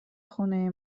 خونه